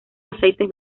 aceites